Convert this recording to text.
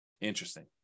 Interesting